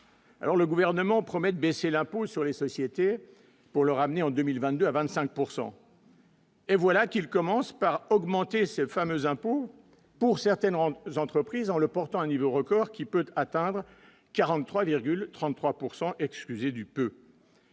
le gouvernement promet de baisser l'impôt sur les sociétés pour le ramener en 2022 à 25 pourcent.. Et voilà qu'ils commencent par augmenter ce fameux impôt pour certaines grandes entreprises, en le portant à un niveau record, qui peut atteindre 43,33 pourcent,, excusez du peu.